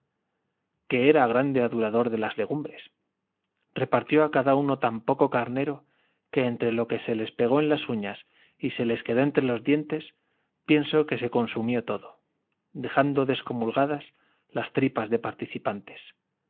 que era grande adulador de las legumbres repartió a cada uno tan poco carnero que entre lo que se les pegó en las uñas y se les quedó entre los dientes pienso que se consumió todo dejando descomulgadas las tripas de participantes